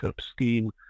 scheme